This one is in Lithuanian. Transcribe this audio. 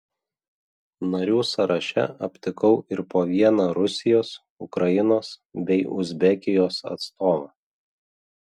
narių sąraše aptikau ir po vieną rusijos ukrainos bei uzbekijos atstovą